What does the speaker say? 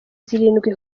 zirindwi